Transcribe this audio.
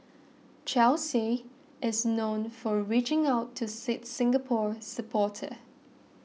Chelsea is known for reaching out to sits Singapore supporters